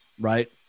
Right